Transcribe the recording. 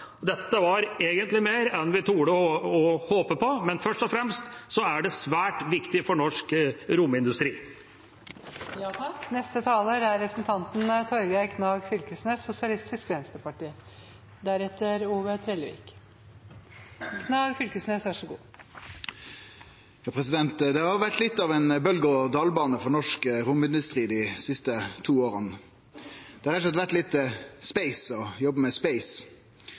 takk. Dette var egentlig mer enn vi turte å håpe på, men først og fremst er det svært viktig for norsk romindustri. Det har vore litt av ein berg- og dalbane for norsk romindustri dei siste to åra. Det har vore litt «space» å jobbe med